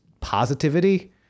positivity